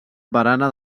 barana